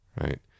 right